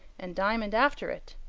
and diamond after it.